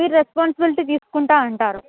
మీరు రెస్పాన్సిబిలిటీ తీసుకుంటా అంటారు